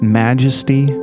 majesty